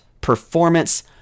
performance